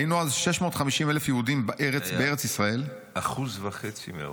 היינו אז 650,000 יהודים בארץ ישראל ---" 1.5% מהאוכלוסייה,